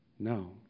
No